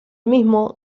mismo